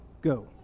go